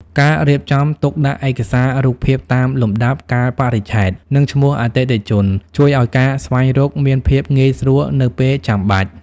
ការរៀបចំទុកដាក់ឯកសាររូបភាពតាមលំដាប់កាលបរិច្ឆេទ និងឈ្មោះអតិថិជន ជួយឱ្យការស្វែងរកមានភាពងាយស្រួលនៅពេលចាំបាច់។